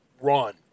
run